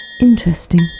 Interesting